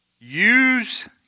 Use